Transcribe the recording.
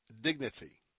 dignity